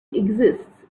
exists